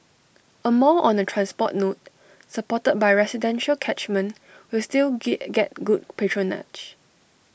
A mall on A transport node supported by residential catchment will still get good patronage